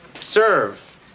serve